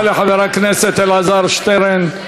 תודה לחבר הכנסת אלעזר שטרן.